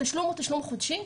אבל התשלום הוא תשלום חודשי.